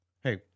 Hey